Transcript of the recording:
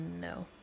no